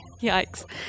Yikes